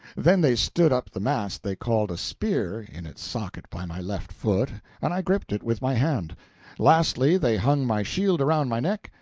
then they stood up the mast they called a spear, in its socket by my left foot, and i gripped it with my hand lastly they hung my shield around my neck,